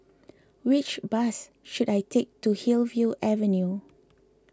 which bus should I take to Hillview Avenue